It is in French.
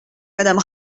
madame